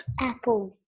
Apple